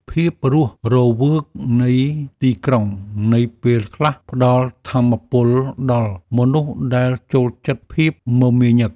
ភាពរស់រវើកនៃទីក្រុងនៅពេលខ្លះ ផ្តល់ថាមពលដល់មនុស្សដែលចូលចិត្តភាពមមាញឹក។